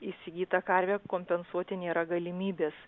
įsigytą karvę kompensuoti nėra galimybės